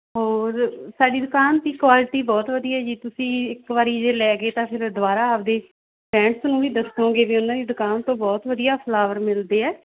ਹੋਰ ਸਾਡੀ ਦੁਕਾਨ ਦੀ ਕੁਆਲਿਟੀ ਬਹੁਤ ਵਧੀਆ ਜੀ ਤੁਸੀਂ ਇੱਕ ਵਾਰੀ ਜੇ ਲੈ ਗਏ ਤਾਂ ਫਿਰ ਦੁਬਾਰਾ ਆਪਣੇ ਫਰੈਂਡਸ ਨੂੰ ਵੀ ਦੱਸੋਗੇ ਵੀ ਉਹਨਾਂ ਦੀ ਦੁਕਾਨ ਤੋਂ ਬਹੁਤ ਵਧੀਆ ਫਲਾਵਰ ਮਿਲਦੇ ਆ